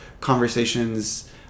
conversations